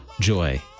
joy